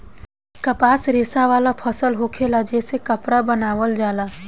कपास रेशा वाला फसल होखेला जे से कपड़ा बनावल जाला